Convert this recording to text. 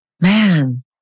Man